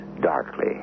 darkly